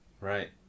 Right